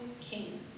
king